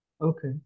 Okay